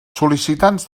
sol·licitants